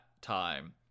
time